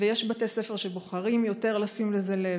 ויש בתי ספר שבוחרים לשים לב לזה יותר,